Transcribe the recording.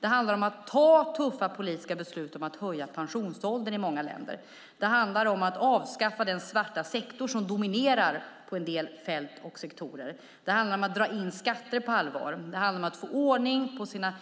Det handlar om att ta tuffa politiska beslut om att höja pensionsåldern i många länder. Det handlar om att avskaffa den svarta sektor som dominerar på en del fält och sektorer. Det handlar om att dra in skatter på allvar. Det handlar om att få ordning på sina